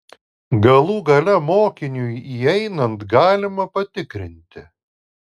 galų gale mokiniui įeinant galima patikrinti